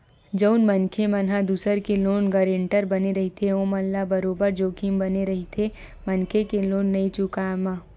जउन मनखे मन ह दूसर के लोन गारेंटर बने रहिथे ओमन ल बरोबर जोखिम बने रहिथे मनखे के लोन नइ चुकाय म